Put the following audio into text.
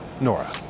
Nora